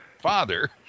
father